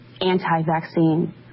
anti-vaccine